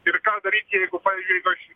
ir ką daryt jeigu pavyzdžiui jeigu aš